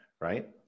right